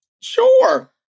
Sure